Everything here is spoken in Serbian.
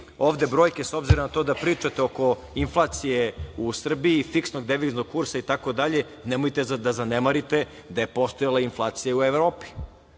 ovde brojke, s obzirom na to da pričate oko inflacije u Srbiji, fiksnog deviznog kursa i tako dalje, nemojte da zanemarite da je postojala inflacija i u Evropi.